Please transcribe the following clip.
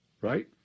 right